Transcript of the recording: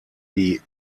die